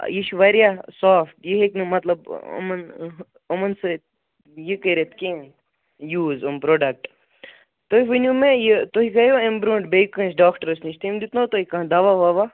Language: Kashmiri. یہِ چھُ واریاہ صافٹ یہِ ہیٚکہِ نہ مطلب یِمن یِمن سۭتۍ یہِ کٔرِتھ کیٚنٛہہ یوز یِم پرٛوڈکٹ تُہۍ ؤنِو مےٚ یہِ تُہۍ گٔے وا امہِ برٛونٹھ بیٚیہِ کٲنٛسہِ ڈاکٹرس نِش تٔمۍ دیُت نو تۄہہِ کٲنٛہہ دواہ وواہ